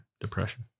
depression